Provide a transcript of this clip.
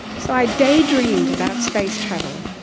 so i daydreamed about space travel,